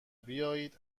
بیایید